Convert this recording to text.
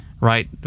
right